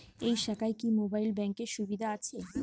এই শাখায় কি মোবাইল ব্যাঙ্কের সুবিধা আছে?